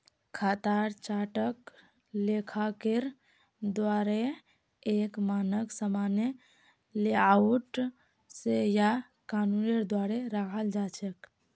खातार चार्टक लेखाकारेर द्वाअरे एक मानक सामान्य लेआउट स या कानूनेर द्वारे रखाल जा छेक